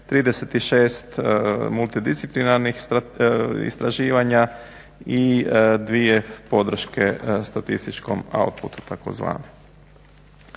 36 multidisciplinarnih istraživanja i 2 podrške statističkom outputu takozvanom.